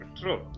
true